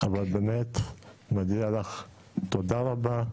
אבל באמת מגיע לך תודה רבה,